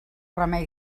remei